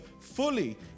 fully